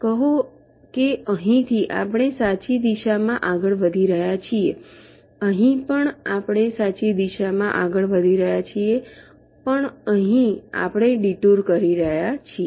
કહો કે અહીંથી આપણે સાચી દિશામાં આગળ વધી રહ્યા છીએ અહીં પણ આપણે સાચી દિશામાં આગળ વધી રહ્યા છીએ પણ અહીં આપણે ડિટૂર કરી રહ્યા છીએ